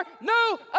no